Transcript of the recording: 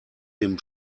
dem